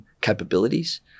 capabilities